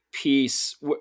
Piece